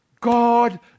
God